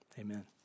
Amen